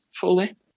fully